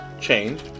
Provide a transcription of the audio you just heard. Change